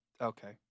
okay